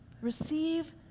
Receive